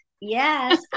Yes